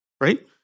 right